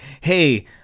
hey